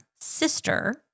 sister